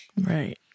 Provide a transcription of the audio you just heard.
Right